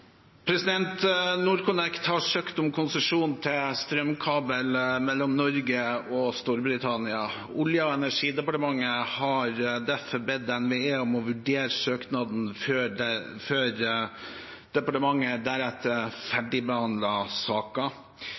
har søkt om konsesjon til strømkabel mellom Norge og Storbritannia. Olje- og energidepartementet har derfor bedt NVE om å vurdere søknaden før departementet deretter